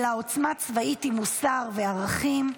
אלא עוצמה צבאית עם מוסר וערכים,